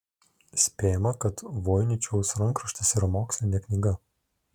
spėjama kad voiničiaus rankraštis yra mokslinė knyga